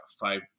five